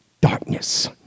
darkness